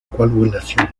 coagulación